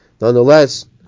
Nonetheless